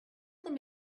them